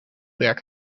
werk